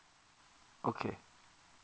okay